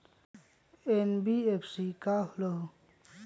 NBFC का होलहु?